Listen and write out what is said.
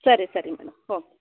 ಸರಿ ಸರಿ madam okay